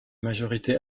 majorité